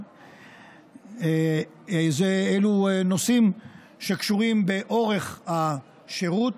אלו נושאים שקשורים באורך השירות.